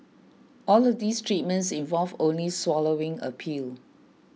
all of these treatments involve only swallowing a pill